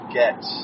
get